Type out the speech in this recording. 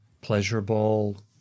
pleasurable